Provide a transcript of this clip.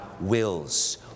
wills